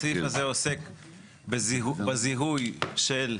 הסעיף הזה עוסק בזיהוי של,